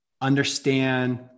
understand